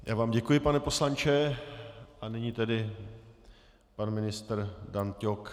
Já vám děkuji, pane poslanče, a nyní tedy pan ministr Dan Ťok.